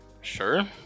sure